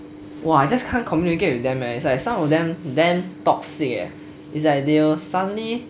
!wah! I just can't communicate with them eh is like some of them damn toxic eh is like they will suddenly